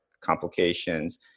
complications